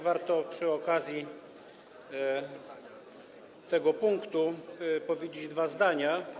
Warto przy okazji tego punktu powiedzieć dwa zdania.